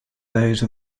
those